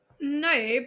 No